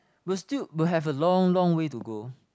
will still will have a long long way to go